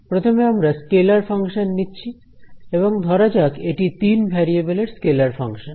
প্রথমে আমরা scalar function নিচ্ছি এবং ধরা যাক এটি তিন ভেরিয়েবলের স্কেলার ফাংশন